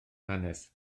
hanes